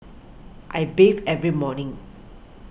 I bathe every morning